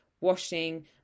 washing